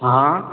हँ